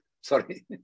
Sorry